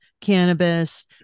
cannabis